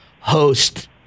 host